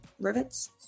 rivets